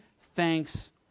thanks